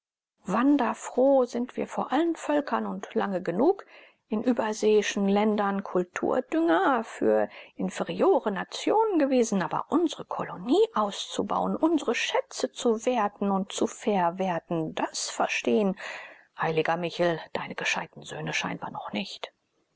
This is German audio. wanderfroh sind wir vor allen völkern und lange genug in überseeischen ländern kulturdünger für inferiore nationen gewesen aber unsre kolonien auszubauen unsre schätze zu werten und zu verwerten das verstehen heiliger michel deine gescheiten söhne scheinbar noch nicht